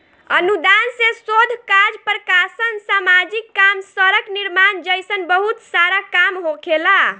अनुदान से शोध काज प्रकाशन सामाजिक काम सड़क निर्माण जइसन बहुत सारा काम होखेला